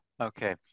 okay